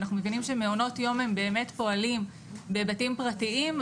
ואנחנו מבינים שמעונות יום פועלים בבתים פרטיים,